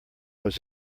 was